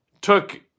took